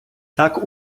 так